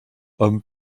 homme